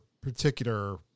particular